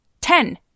Ten